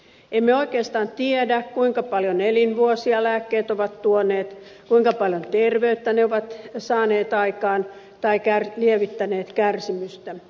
emme oikeastaan tiedä kuinka paljon elinvuosia lääkkeet ovat tuoneet kuinka paljon terveyttä ne ovat saaneet aikaan tai lievittäneet kärsimystä